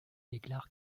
déclare